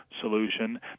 solution